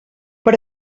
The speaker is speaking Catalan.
per